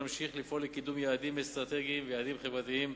נמשיך לפעול לקידום יעדים אסטרטגיים ויעדים חברתיים